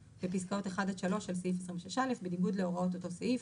בפסקאות (1) עד (3) של סעיף 26(א) בניגוד להוראות אותו סעיף,